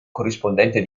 corrispondente